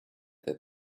that